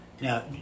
Now